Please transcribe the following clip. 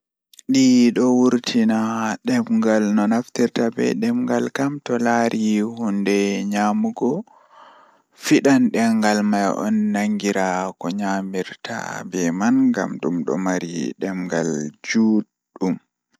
Jokkondir leydi garden ngal e sabu waɗtude ndiyam e hokkondir ko joom nde waawataa sabu ñaawoore. Njidi gasi, giɓɓe e maaɗaare ngal. Foti waawaa waɗude seed walla nde njidi leydi ngam eɗen. Waawataa haɓɓude baafal e sabu njiddude e ndiyam kadi waɗtude forere ndee nguurndam ngal